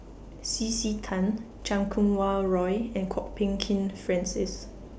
C C Tan Chan Kum Wah Roy and Kwok Peng Kin Francis